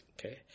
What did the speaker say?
Okay